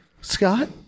Scott